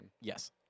Yes